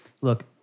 Look